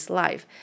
life